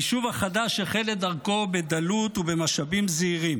היישוב החדש החל את דרכו בדלות ובמשאבים זעירים.